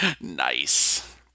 Nice